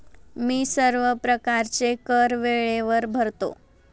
मी सर्व प्रकारचे कर वेळेवर भरतो